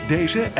Deze